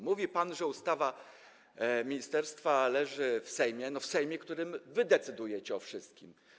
Mówi pan, że ustawa ministerstwa leży w Sejmie - no w Sejmie, w którym wy decydujecie o wszystkim.